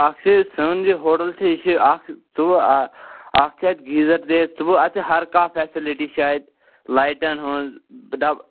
اَکھ چھُ سون یہِ ہوٹَل چھُ یہِ چھُ اَکھ ژۅوُہہ اَکھ چھُ اَتہِ گیٖزَر تہِ ژٕ بوز اَتہِ چھُ ہَر کانٛہہ فیسلٹی چھِ اَتہِ لایِٹَن ہُنٛد ڈب